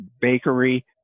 bakery